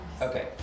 Okay